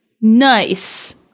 Nice